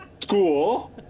school